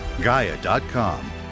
Gaia.com